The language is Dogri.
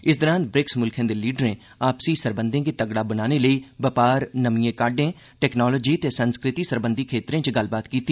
इस दौरान ब्रिक्स म्ल्खें दे लीडरें आपसी सरबंधें गी तगड़ा बनाने लेई बपार नमिएं काहडें टेक्नोलाजी ते संस्कृति सरबंधी खेत्तरें च गल्लबात कीती